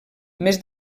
més